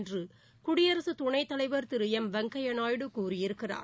என்றுகுடியரசுத் துணைத் தலைவர் திருஎம் வெங்கய்யாநாயுடு கூறியிருக்கிறார்